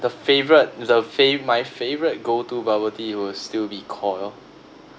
the favourite it's the fav~ my favourite go to bubble tea will still be Koi